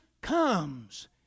comes